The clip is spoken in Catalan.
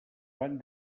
van